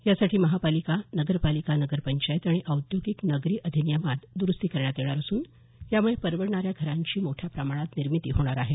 यासाठी महापालिका नगरपालिका नगरपंचायत आणि औद्योगिक नगरी अधिनियमात दुरुस्ती करण्यात येणार असून यामुळे परवडणाऱ्या घरांची मोठ्या प्रमाणात निर्मिती होणार आहे